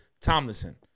Tomlinson